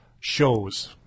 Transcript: shows